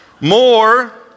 more